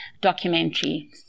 documentary